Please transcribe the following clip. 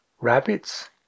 Rabbits